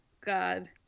God